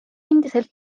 endiselt